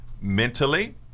mentally